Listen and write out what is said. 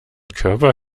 körper